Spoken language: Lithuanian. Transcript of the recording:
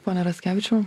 pone raskevičiau